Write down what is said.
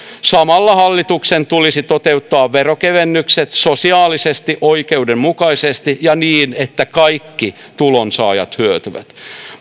samalla hallituksen tulisi toteuttaa veronkevennykset sosiaalisesti oikeudenmukaisesti ja niin että kaikki tulonsaajat hyötyvät